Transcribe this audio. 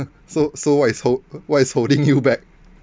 so so what is hold what is holding you back